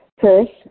First